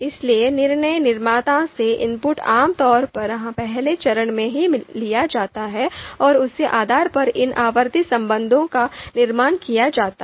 इसलिए निर्णय निर्माता से इनपुट आम तौर पर पहले चरण में ही लिया जाता है और उसके आधार पर इन आवर्ती संबंधों का निर्माण किया जाता है